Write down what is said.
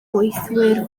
gweithwyr